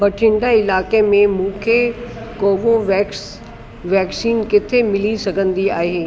बठिंडा इलाइक़े में मूंखे कोवोवेक्स वैक्सीन किथे मिली सघंदी आहे